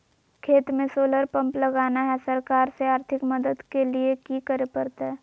खेत में solar pump लगाना है, सरकार से आर्थिक मदद के लिए की करे परतय?